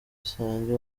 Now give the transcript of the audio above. isange